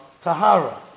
tahara